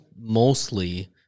mostly